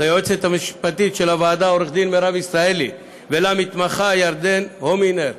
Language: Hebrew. ליועצת המשפטית של הוועדה עורכת-הדין מירב ישראלי ולמתמחה ירדן הומינר,